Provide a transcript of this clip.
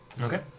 Okay